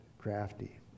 crafty